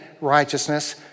righteousness